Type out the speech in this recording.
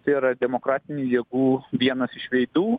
tai yra demokratinių jėgų vienas iš veidų